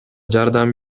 жардам